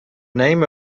name